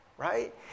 Right